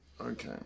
okay